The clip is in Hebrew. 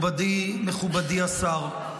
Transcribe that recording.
עמיתיי חברי וחברות הכנסת, מכובדי השר,